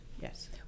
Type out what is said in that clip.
yes